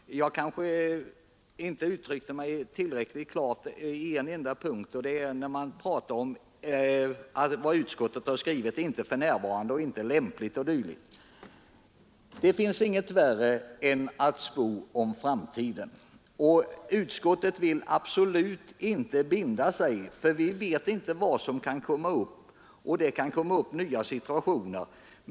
Herr talman! Jag kanske inte uttryckte mig tillräckligt klart i fråga om utskottets skrivsätt ”i nuvarande läge” ”mindre lämpligt”, o. d. Det finns inget svårare än att spå om framtiden, och utskottet vill absolut inte binda sig, eftersom det kan uppkomma nya situationer.